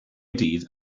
dydd